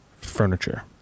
furniture